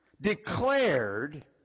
declared